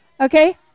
Okay